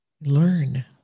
Learn